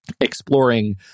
exploring